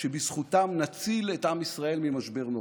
שבזכותם נציל את עם ישראל ממשבר נורא.